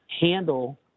Handle